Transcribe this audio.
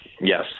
Yes